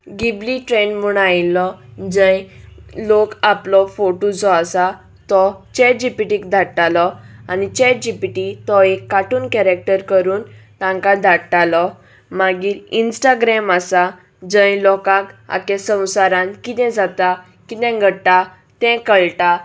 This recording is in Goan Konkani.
गिबली ट्रॅड म्हूण आयिल्लो जंय लोक आपलो फोटो जो आसा तो चॅजिपिटीक धाडटालो आनी चॅट जि पि टी तो एक कार्टून कॅरेक्टर करून तांकां धाडटालो मागीर इंस्टाग्रेम आसा जंय लोकांक आख्या संवसारान कितें जाता कितें घडटा तें कळटा